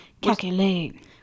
Calculate